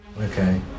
Okay